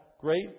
great